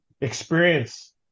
experience